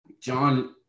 John